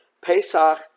Pesach